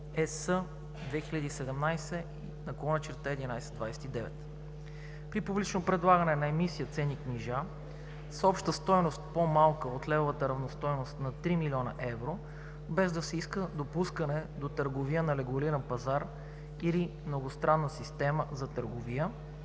(ЕС) 2017/1129. - При публично предлагане на емисия ценни книжа с обща стойност по-малка от левовата равностойност на 3 милиона евро, без да се иска допускане до търговия на регулиран пазар или многостранна система за търговия,